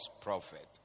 prophet